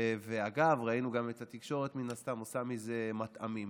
אגב, ראינו גם את התקשורת עושה מזה מטעמים,